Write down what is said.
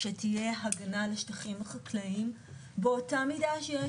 שתהיה הגנה על השטחים החקלאיים באותה מידה שיש